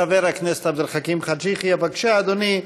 חבר הכנסת עבד אל חכים חאג' יחיא, בבקשה, אדוני.